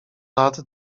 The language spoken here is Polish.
lat